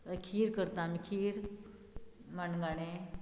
खीर करता आमी खीर मणगाणें